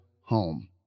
home